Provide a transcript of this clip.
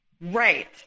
Right